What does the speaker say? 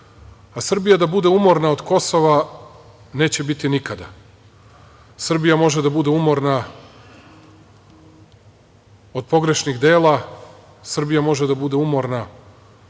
a Srbija da bude umorna od Kosova neće biti nikada, Srbija može da bude umorna od pogrešnih dela, Srbija može da bude umorna